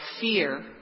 fear